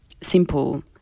simple